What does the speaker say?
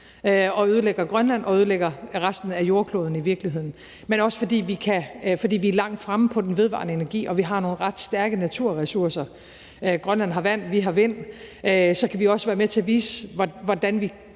og ødelægger Grønland og ødelægger resten af jordkloden i virkeligheden – men også fordi vi er langt fremme med den vedvarende energi og vi har nogle ret stærke naturressourcer. Grønland har vand, vi har vind; så kan vi også være med til at vise, hvordan vi